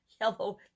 yellow